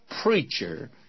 preacher